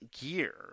gear